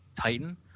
Titan